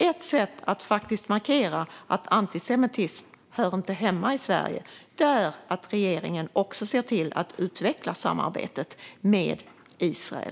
Ett sätt att faktiskt markera att antisemitism inte hör hemma i Sverige är att regeringen ser till att utveckla samarbetet med Israel.